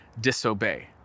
disobey